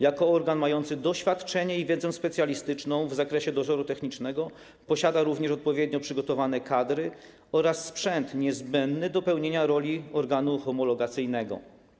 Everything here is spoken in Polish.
Jako organ mający doświadczenie i wiedzę specjalistyczną w zakresie dozoru technicznego posiada również odpowiednio przygotowane kadry oraz sprzęt niezbędny do pełnienia roli organu homologacyjnego.